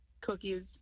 cookies